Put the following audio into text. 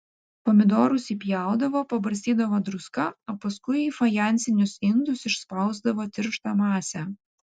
pomidorus įpjaudavo pabarstydavo druska o paskui į fajansinius indus išspausdavo tirštą masę